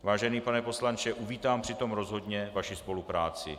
Vážený pane poslanče, uvítám při tom rozhodně vaši spolupráci.